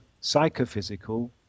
psychophysical